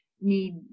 need